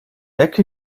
ecke